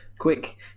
quick